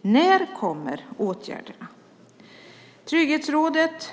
När kommer åtgärderna? Trygghetsrådet